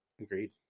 Agreed